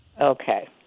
Okay